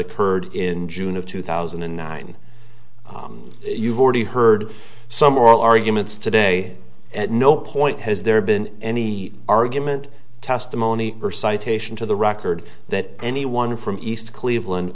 occurred in june of two thousand and nine you've already heard some oral arguments today at no point has there been any argument testimony or citation to the record that anyone from east cleveland